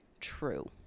true